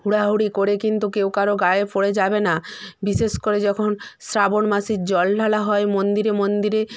হুড়োহুড়ি করে কিন্তু কেউ কারো গায়ে পড়ে যাবে না বিশেষ করে যখন শ্রাবণ মাসের জল ঢালা হয় মন্দিরে মন্দিরে